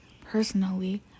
Personally